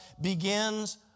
begins